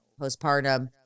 postpartum